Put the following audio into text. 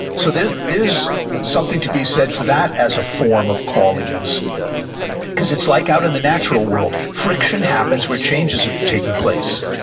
so there's something to be said for that as a form of calling is because it's like out in the natural world, friction happens where changes are taking place.